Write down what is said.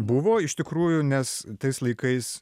buvo iš tikrųjų nes tais laikais